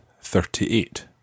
thirty-eight